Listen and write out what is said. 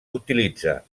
utilitza